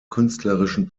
künstlerischen